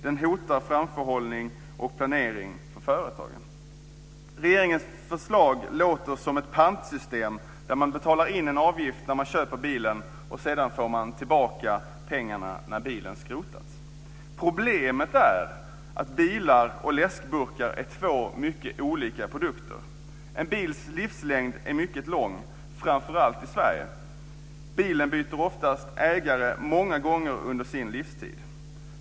Det hotar framförhållning och planering för företagen. Regeringens förslag låter som ett pantsystem där man betalar in en avgift när man köper bilen och sedan får man tillbaka pengarna när bilen skrotas. Problemet är att bilar och läskburkar är två mycket olika produkter. En bils livslängd är mycket lång, framför allt i Sverige. Bilen byter oftast ägare många gånger under sin livstid.